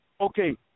okay